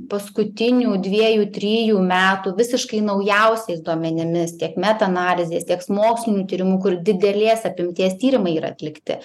paskutinių dviejų trijų metų visiškai naujausiais duomenimis tiek meta analizės tieks mokslinių tyrimų kur didelės apimties tyrimai yra atlikti